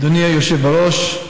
אדוני היושב בראש,